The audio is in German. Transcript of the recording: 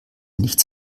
nicht